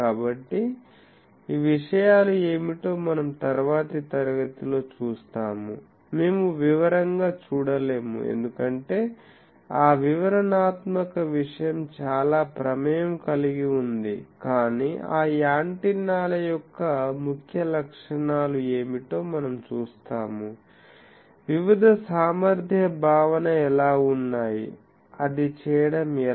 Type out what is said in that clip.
కాబట్టి ఆ విషయాలు ఏమిటో మనం తరువాతి తరగతిలో చూస్తాము మేము వివరంగా చూడలేము ఎందుకంటే ఆ వివరణాత్మక విషయం చాలా ప్రమేయం కలిగి ఉంది కాని ఆ యాంటెన్నాల యొక్క ముఖ్య లక్షణాలు ఏమిటో మనం చూస్తాము వివిధ సామర్థ్య భావన ఎలా ఉన్నాయి అది చేయడం ఎలా